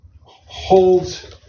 holds